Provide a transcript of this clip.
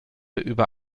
über